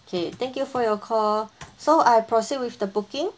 okay thank you for your call so I proceed with the booking